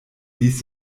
ließ